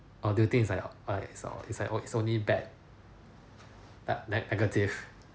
or do you think is like err it's or it's like it's always only bad bad ne~ ne~ negative